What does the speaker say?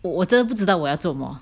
我真不知道我要做么